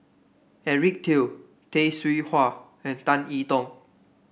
Eric Teo Tay Seow Huah and Tan I Tong